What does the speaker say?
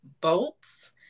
bolts